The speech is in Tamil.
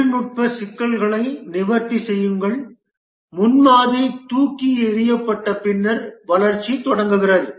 தொழில்நுட்ப சிக்கல்களை நிவர்த்தி செய்யுங்கள் முன்மாதிரி தூக்கி எறியப்பட்டு பின்னர் வளர்ச்சி தொடங்குகிறது